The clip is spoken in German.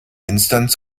instanz